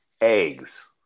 eggs